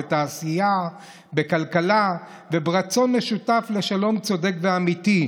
בתעשייה ובכלכלה וברצון משותף לשלום צודק ואמיתי.